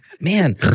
man